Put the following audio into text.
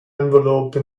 envelope